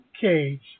Cage